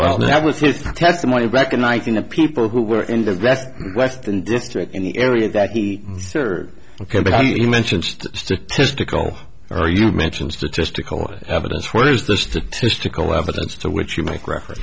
while that was his testimony recognizing the people who were in the best western district in the area that he served ok but he mentioned statistical or you've mentioned statistical evidence where's the statistical evidence to which you make reference